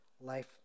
life